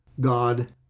God